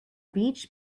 beach